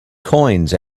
coins